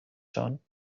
schon